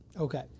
Okay